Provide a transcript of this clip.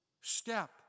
step